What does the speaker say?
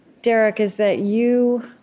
derek, is that you